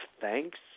thanks